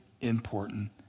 important